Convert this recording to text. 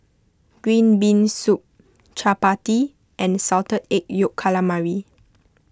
Green Bean Soup Chappati and Salted Egg Yolk Calamari